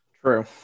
True